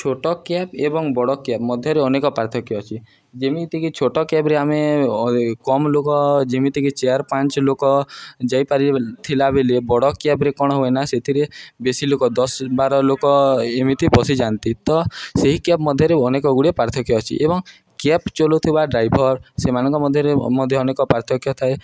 ଛୋଟ କ୍ୟାବ୍ ଏବଂ ବଡ଼ କ୍ୟାବ୍ ମଧ୍ୟରେ ଅନେକ ପାର୍ଥକ୍ୟ ଅଛି ଯେମିତିକି ଛୋଟ କ୍ୟାବ୍ରେ ଆମେ କମ୍ ଲୋକ ଯେମିତିକି ଚାରି ପାଞ୍ଚ ଲୋକ ଯାଇପାରିବ ବୋଲି ଥିଲା ବେଲି ବଡ଼ କ୍ୟାବ୍ରେ କ'ଣ ହୁଏ ନା ସେଥିରେ ବେଶୀ ଲୋକ ଦଶ ବାର ଲୋକ ଏମିତି ବସିଯାଆନ୍ତି ତ ସେହି କ୍ୟାବ୍ ମଧ୍ୟରେ ଅନେକ ଗୁଡ଼ିଏ ପାର୍ଥକ୍ୟ ଅଛି ଏବଂ କ୍ୟାବ୍ ଚଲଉଥିବା ଡ୍ରାଇଭର୍ ସେମାନଙ୍କ ମଧ୍ୟରେ ମଧ୍ୟ ଅନେକ ପାର୍ଥକ୍ୟ ଥାଏ